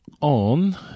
on